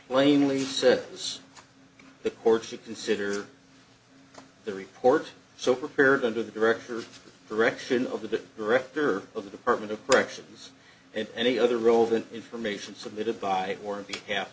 plainly said this the court should consider the report so prepared under the director of direction of the director of the department of corrections and any other role than information submitted by